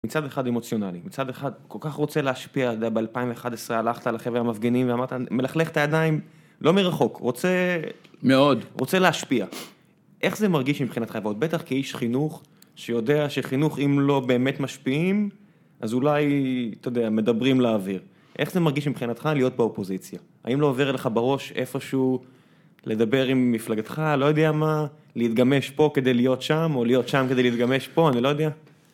מצד אחד אמוציונלי, מצד אחד, כל כך רוצה להשפיע, אתה יודע ב-2011 הלכת לחברה המפגינים ואמרת, מלכלך את הידיים, לא מרחוק, רוצה... מאוד. רוצה להשפיע. איך זה מרגיש מבחינתך, ועוד בטח כאיש חינוך, שיודע שחינוך, אם לא באמת משפיעים, אז אולי, אתה יודע, מדברים לאוויר. איך זה מרגיש מבחינתך להיות באופוזיציה? האם לא עובר אליך בראש איפשהו לדבר עם מפלגתך, לא יודע מה, להתגמש פה כדי להיות שם, או להיות שם כדי להתגמש פה, אני לא יודע.